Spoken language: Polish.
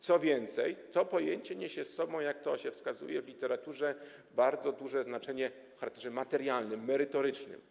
Co więcej, to pojęcie niesie ze sobą, jak się wskazuje w literaturze, bardzo duże znaczenie o charakterze materialnym, merytorycznym.